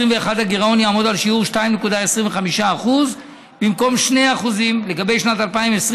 הגירעון יעמוד על שיעור 2.25% במקום 2%. לגבי שנת 2022,